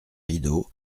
rideau